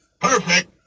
Perfect